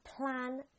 plan